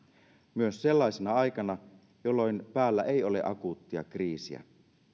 myös sellaisena aikana jolloin päällä ei ole akuuttia kriisiä